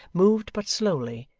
moved but slowly,